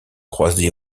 croisés